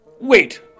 Wait